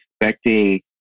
expecting